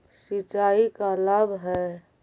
सिंचाई का लाभ है?